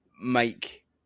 make